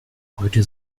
heute